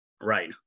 right